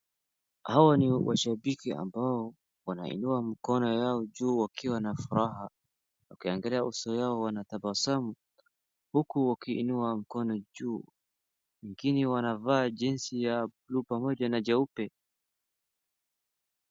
Hawa ni washabiki ambao wanainua mikono yao juu wakiwa na furaha. Ukiangalia uso yao wanatabasamu huku wakiinua mikono juu. Wengine wanavaa jezi ya blue pamoja na jeupe.